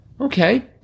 okay